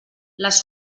les